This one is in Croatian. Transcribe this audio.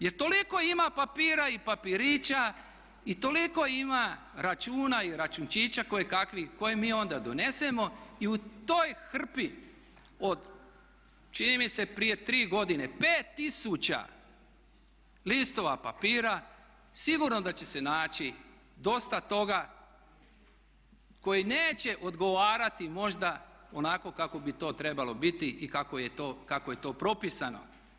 Jer toliko ima papira i papirića i toliko ima računa i računčića koje kakvih koje mi onda donesemo i u toj hrpi od, čini mi se prije 3 godine 5 tisuća listova papira sigurno da će se naći dosta toga koji neće odgovarati možda onako kako bi to trebalo biti i kako je to propisano.